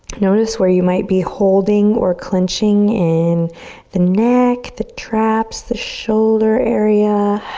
notice where you might be holding or clenching in the neck, the traps, the shoulder area.